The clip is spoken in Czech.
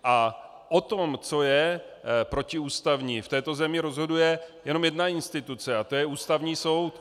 A o tom, co je protiústavní, v této zemi rozhoduje jenom jedna instituce, a to je Ústavní soud.